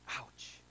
Ouch